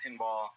pinball